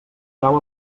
trau